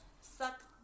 suck